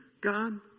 God